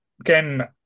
again